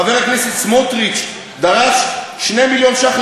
חבר הכנסת סמוטריץ דרש 2 מיליון שקלים